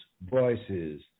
voices